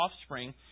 offspring